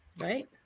right